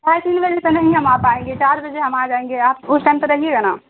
ڈھائی تین بجے تو نہیں ہم آ پائیں گے چار بجے ہم آ جائیں گے آپ اس ٹائم تو رہیے گا نا